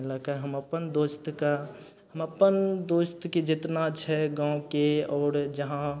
अइ लए कऽ हम अपन दोस्तके हम अपन दोस्तके जेतना छै गाँवके आओर जहाँ